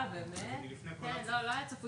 הוא לא בא,